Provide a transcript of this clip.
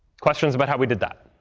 questions about how we did that?